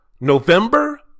November